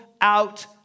out